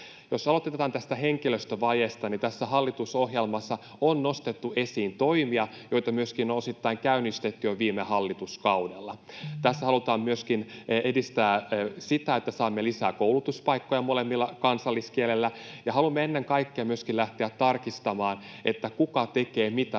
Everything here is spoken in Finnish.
Jos aloitetaan tästä henkilöstövajeesta, niin tässä hallitusohjelmassa on nostettu esiin toimia, joita myöskin osittain on käynnistetty jo viime hallituskaudella. Tässä halutaan myöskin edistää sitä, että saamme lisää koulutuspaikkoja molemmilla kansalliskielellä. Ja haluamme ennen kaikkea myöskin lähteä tarkistamaan, kuka tekee mitä